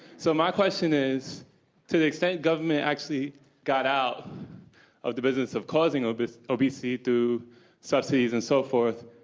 so, my question is to the extent government actually got out of the business of causing obesity obesity through subsidies and so forth,